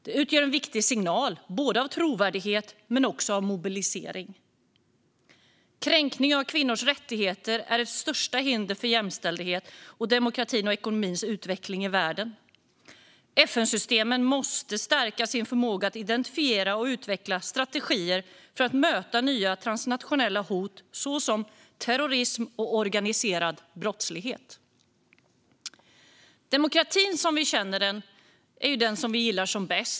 Det utgör en viktig signal om både trovärdighet och mobilisering. Kränkning av kvinnors rättigheter är ett av de största hindren för jämställdhet och demokratins och ekonomins utveckling i världen. FN-systemen måste stärka sin förmåga att identifiera och utveckla strategier för att möta nya transnationella hot som terrorism och organiserad brottslighet. Demokratin sådan vi känner den är det som vi gillar som bäst.